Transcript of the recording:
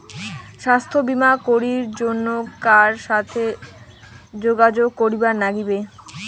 স্বাস্থ্য বিমা করির জন্যে কার সাথে যোগাযোগ করির নাগিবে?